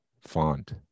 font